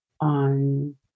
on